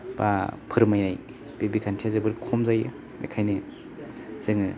बा फोरमायनाय बे बिखान्थिया जोबोर खम जायो बेखायनो जोङो